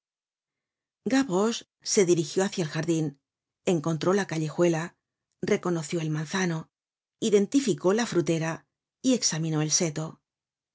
gavroche se dirigió hácia el jardin encontró la callejuela reconoció el manzano identificó la frutera y examinó el seto